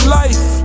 life